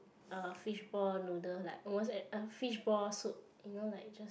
uh fishball noodle like almost every~ uh fishball soup you know like just